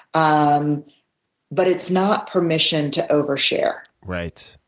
um but it's not permission to over-share. right.